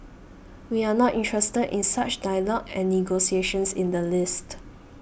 we are not interested in such dialogue and negotiations in the least